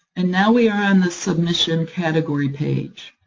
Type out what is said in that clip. and now we are on the submission category page.